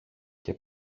και